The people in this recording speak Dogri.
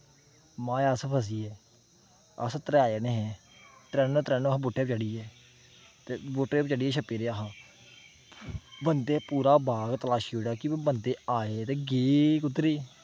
माए अस फसी गे अस त्रै जने हे त्रैनो त्रैनो अस बूह्टे उप्पर चढ़ी गे ते बूह्टे पर चढ़ियै अस छप्पी रेह् अस बंदें पूरा बाग तपाशी उड़ेआ कि बंदे आए ते गे कुद्धरै ई